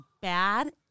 bad